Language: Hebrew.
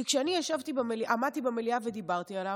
כי כשאני עמדתי במליאה ודיברתי עליו,